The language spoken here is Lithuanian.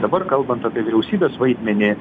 dabar kalbant apie vyriausybės vaidmenį